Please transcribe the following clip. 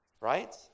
Right